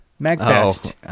MagFest